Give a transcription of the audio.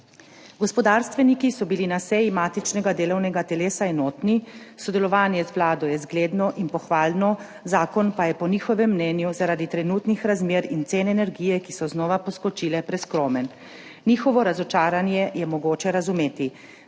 Gospodarstveniki so bili na seji matičnega delovnega telesa enotni, sodelovanje z Vlado je zgledno in pohvalno, zakon pa je po njihovem mnenju zaraditrenutnih razmer in cen energije, ki so znova poskočile, preskromen. Njihovo razočaranje je mogoče razumeti.